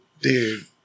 Dude